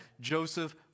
Joseph